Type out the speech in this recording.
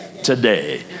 Today